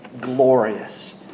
glorious